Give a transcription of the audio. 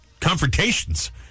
confrontations